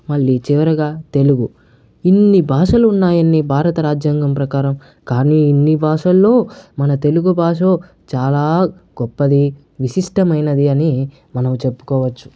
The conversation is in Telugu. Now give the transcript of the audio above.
మళ్ళీ చివరగా తెలుగు ఇన్ని భాషలు ఉన్నాయని భారత రాజ్యాంగం ప్రకారం కాని ఇన్ని భాషల్లో మన తెలుగు భాష చాలా గొప్పది విశిష్టమైనది అని మనం చెప్పుకోవచ్చు